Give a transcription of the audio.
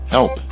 Help